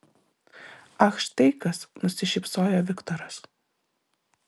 ach štai kas nusišypsojo viktoras